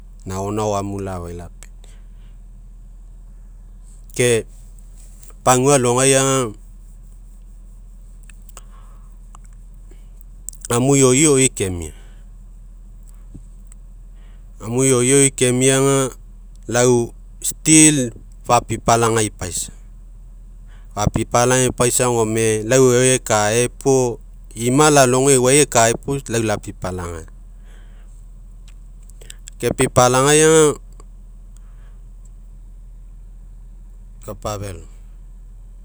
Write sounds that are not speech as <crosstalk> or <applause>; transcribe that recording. Naonao omu la'afa lapeni'i, ke pagua alogaiga, amu ioioi kemia, amu ioioi kemiaga, iau <unintelligible> fopipalagai paisa, fapipalagai paisa gome, iau euai ekae puo, imo lalogo, euai ekae puo, lao lapipalagai, ke pipalagai aga kapa felo